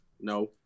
No